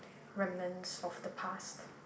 reminiscence of the past